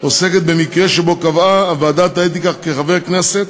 עוסקת במקרה שבו קבעה ועדת האתיקה כי חבר הכנסת